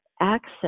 access